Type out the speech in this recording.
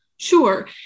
Sure